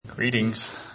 Greetings